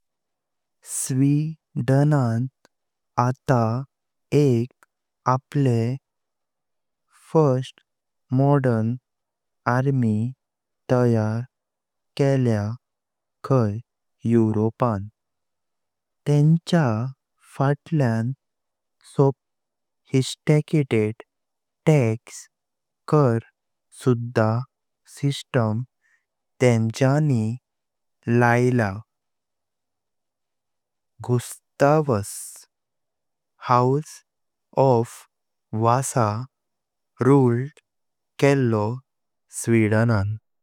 स्वीडेनान आता एक आपके फस्ट मॉर्डन आर्मी तयार केलेया खाई यूरोपान। तेंच्या फाटल्या सोफिस्टिकेटेड टेक्स कर सुधा सिस्टीम तेंच्यानी लइल्या। Gustavus, house of Vasa ruled केल्लो स्वीडेनान।